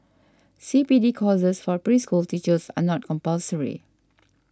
C P D courses for preschool teachers are not compulsory